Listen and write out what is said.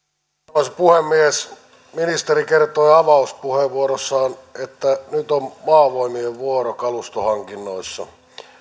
arvoisa puhemies ministeri kertoi avauspuheenvuorossaan että nyt on maavoimien vuoro kalustohankinnoissa